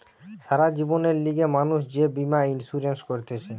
সারা জীবনের লিগে মানুষ যে বীমা ইন্সুরেন্স করতিছে